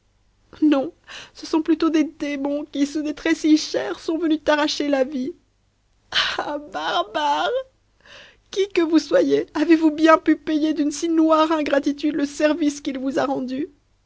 non ce sont plutôt des démons qui sous des traits si chers sont venus t'arracher a vie ah barbares qui que vous soyez avez-vous bien pu payer d'une si noire ingratitude le service qu'il vous a rendu